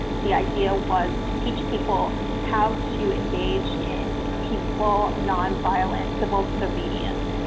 the idea was to teach people how to engage in peaceful nonviolent civil disobedience.